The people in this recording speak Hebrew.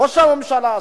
ראש הממשלה,